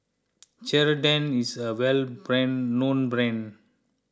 Ceradan is a well brand known brand